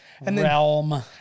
realm